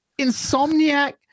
Insomniac